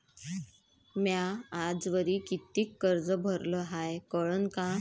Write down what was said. म्या आजवरी कितीक कर्ज भरलं हाय कळन का?